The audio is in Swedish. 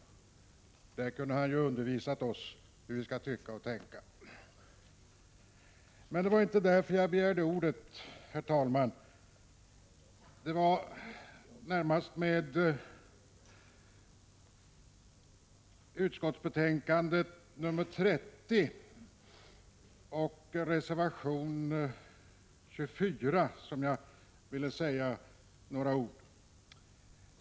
Där kunde han ha undervisat oss om vad vi skulle tycka och tänka. Men det var inte därför jag begärde ordet, herr talman, utan det var med anledning av socialutskottets betänkande 30 och reservation 24 som jag ville säga några ord.